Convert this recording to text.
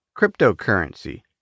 cryptocurrency